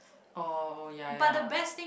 oh oh ya ya